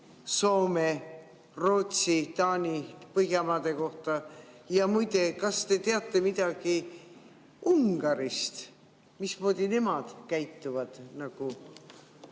Soome, Rootsi, Taani, üldse Põhjamaade kohta? Muide, kas te teate midagi Ungarist, mismoodi nemad käituvad